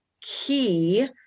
key